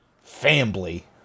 Family